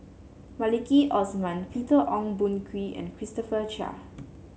Maliki Osman Peter Ong Boon Kwee and Christopher Chia